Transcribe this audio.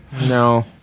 No